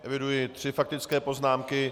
Eviduji tři faktické poznámky.